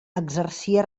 exercia